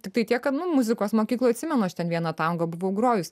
tiktai tiek kad nu muzikos mokykloj atsimenu aš ten vieną tango buvau grojusi